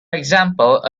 example